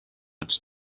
its